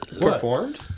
performed